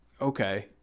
okay